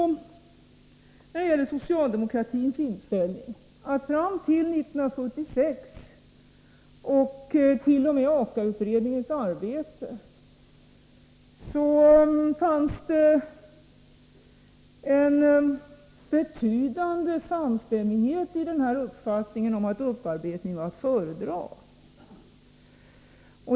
Det är så när det gäller socialdemokratins inställning att fram till 1976 och t.o.m. AKA-utredningens arbete fanns det en betydande samstämmighet i uppfattningen att upparbetningen var att föredra.